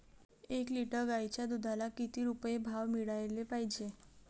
एक लिटर गाईच्या दुधाला किती रुपये भाव मिळायले पाहिजे?